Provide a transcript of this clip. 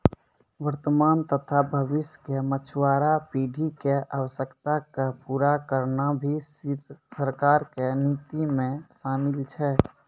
वर्तमान तथा भविष्य के मछुआरा पीढ़ी के आवश्यकता क पूरा करना भी सरकार के नीति मॅ शामिल छै